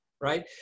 right